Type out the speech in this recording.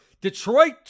Detroit